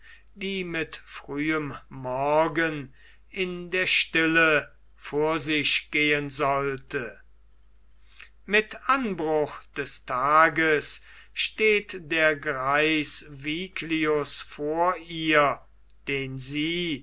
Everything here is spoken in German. die mit frühem morgen in der stille vor sich gehen sollte mit anbruch des tages steht der greis viglius vor ihr den sie